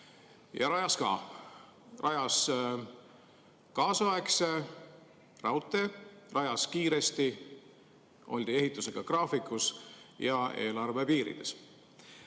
Rajas ka! Rajas kaasaegse raudtee, rajas kiiresti, oldi ehitusega graafikus ja eelarve piirides.